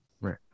Right